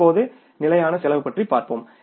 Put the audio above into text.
இப்போது நிலையான செலவு பற்றி பார்ப்போம்